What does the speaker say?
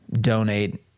donate